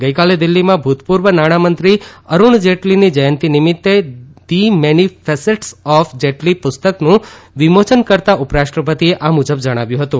ગઇકાલે દિલ્ફીમાં ભૂતપૂર્વ નાણામંત્રી અરુણ જેટલીની જયંતી નિમિત્ત the many facets of Jaitley પુસ્તકનું વિમોયન કરતા ઉપરાષ્ટ્રપતિએ આ મુજબ જણાવ્યું હતું